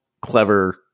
clever